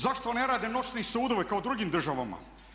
Zašto ne rade noćni sudovi kao u drugim državama?